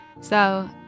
So-